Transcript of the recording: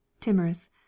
Timorous